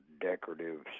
decorative